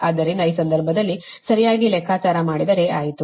ಆದ್ದರಿಂದಆ ಸಂದರ್ಭದಲ್ಲಿ ಸರಿಯಾಗಿ ಲೆಕ್ಕಾಚಾರ ಮಾಡಿದರೆ ಆಯಿತು